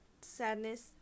Sadness